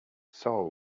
saul